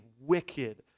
wicked